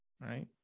Right